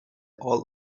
old